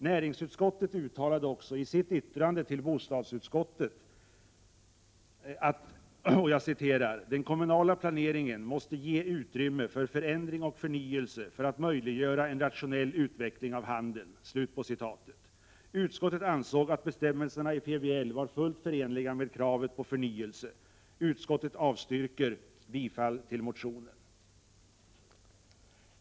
Näringsutskottet uttalade också i sitt yttrande till bostadsutskottet att ”den kommunala planeringen måste ge utrymme för förändring och förnyelse för att möjliggöra en rationell utveckling av handeln”. Utskottet ansåg att bestämmelserna i PBL var fullt förenliga med kravet på förnyelse. Utskottet avstyrkte bifall till motionen.